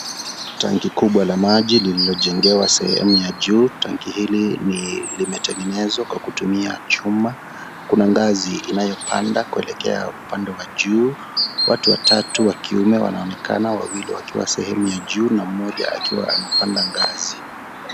Tanki kubwa la maji lililojengewa sehemu ya juu, tanki hili limetengenezwa kwa kutumia chuma, kuna ngazi inayopanda kuelekea upande wa juu, watu watatu wa kiume wanaonekana wawili wakiwa sehemu ya juu na mmoja akiwa anapanda ngazi.